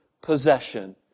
possession